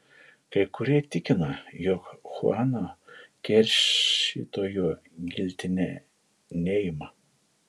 kai kurie tikina jog chuano keršytojo giltinė neima